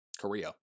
Korea